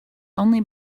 only